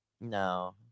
No